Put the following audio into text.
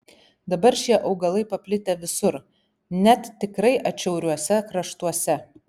dabar šie augalai paplitę visur net tikrai atšiauriuose kraštuose